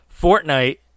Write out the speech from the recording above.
Fortnite